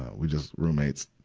we just roommates.